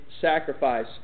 sacrifice